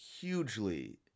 hugely